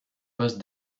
poste